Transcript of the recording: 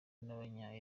n’abanya